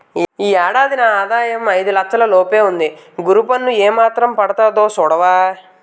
ఈ ఏడు నా ఆదాయం ఐదు లచ్చల లోపే ఉంది గురూ పన్ను ఏమాత్రం పడతాదో సూడవా